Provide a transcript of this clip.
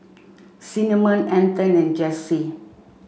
Cinnamon Anton and Jessi